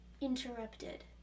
interrupted